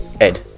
ed